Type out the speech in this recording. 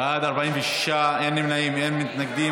בעד, 46, אין נמנעים, אין מתנגדים.